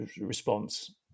response